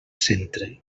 centre